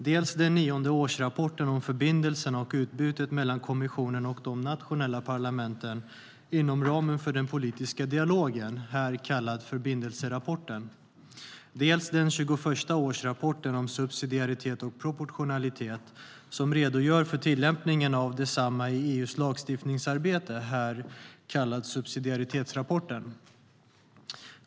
Det ena är den nionde årsrapporten om förbindelserna och utbytet mellan kommissionen och de nationella parlamenten inom ramen för den politiska dialogen - här kallad förbindelserapporten. Det andra är den 21:a årsrapporten om subsidiaritet och proportionalitet, som redogör för tillämpningen av detsamma i EU:s lagstiftningsarbete - här kallad subsidiaritetsrapporten.